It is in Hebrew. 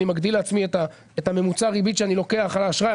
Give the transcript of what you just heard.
מגדיל לעצמי את הממוצע ריבית שאני לוקח על האשראי,